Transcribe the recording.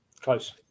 Close